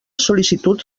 sol·licitud